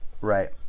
Right